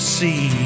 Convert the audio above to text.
see